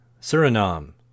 suriname